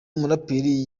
muraperi